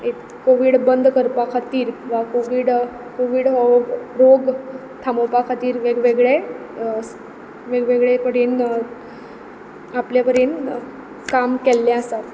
एक कॉवीड बंद करपा खातीर वा कॉवीड कॉवीड हो रोग थांबोवपा खातीर वेगवेगळे वेगवेगळे कडेन आपलेपरीन काम केल्लें आसा